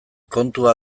kontua